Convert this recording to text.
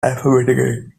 alphabetically